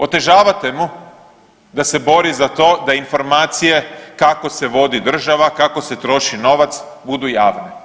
Otežavate mu da se bori za to da informacije kako se vodi država, kako se troši novac budu javne.